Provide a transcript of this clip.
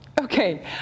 Okay